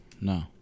No